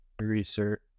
research